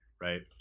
Right